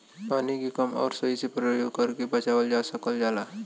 पानी के कम आउर सही से परयोग करके बचावल जा सकल जाला